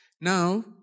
Now